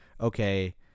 okay